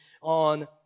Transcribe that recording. on